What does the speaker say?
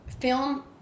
film